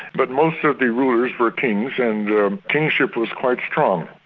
but most of the rulers were kings, and kingship was quite strong.